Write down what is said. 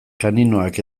kaninoak